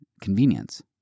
convenience